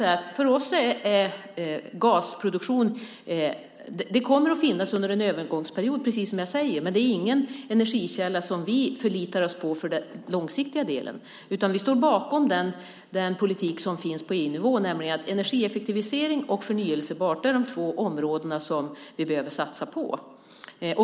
Gasproduktion kommer att finnas under en övergångsperiod, precis som jag säger, men det är ingen energikälla som vi förlitar oss på långsiktigt. Vi står bakom den politik som finns på EU-nivå, nämligen att energieffektivisering och förnybart är de två områden som vi behöver satsa på.